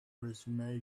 resume